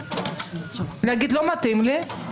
להגיד: לא מתאים לי,